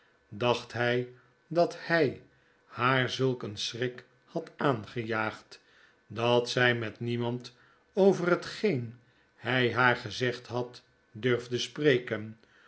dacht hij dat hjj haar zulk een schrik had aangejaagd dat zij met niemand over hetgeen hij haargezegd had durfde spreken